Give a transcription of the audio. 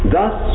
Thus